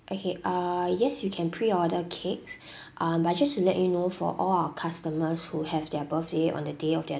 okay uh yes you can pre-order cakes um but just to let you know for all our customers who have their birthday on the day of their